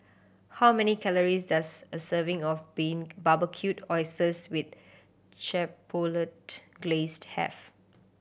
how many calories does a serving of Barbecued Oysters with Chipotle Glaze have